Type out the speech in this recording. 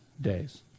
days